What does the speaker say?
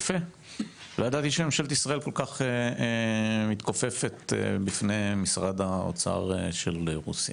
לא ידעתי שממשלת ישראל כל כך מתכופפת בפני משרד האוצר של רוסיה,